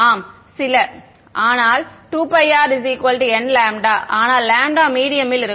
ஆம் சில ஆனால் 2r n ஆனால் λ மீடியம்மில் இருக்கும்